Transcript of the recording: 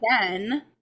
again